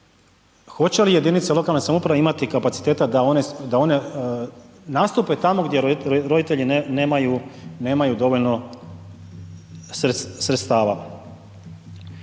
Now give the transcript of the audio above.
hoće li jedinice lokalne samouprave imati kapaciteta da one, da one nastupe tamo gdje roditelji nemaju, nemaju dovoljno sredstava.